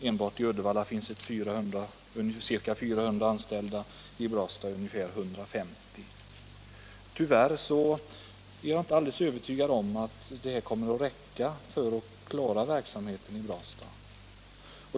Enbart i Uddevalla finns det ca 400 och i Brastad ungefär 150. Tyvärr är jag inte alldeles övertygad om att detta kommer att räcka för att klara verksamheten i Brastad.